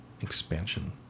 expansion